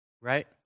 right